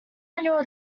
annual